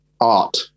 art